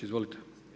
Izvolite.